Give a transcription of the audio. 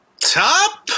top